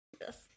Yes